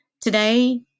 Today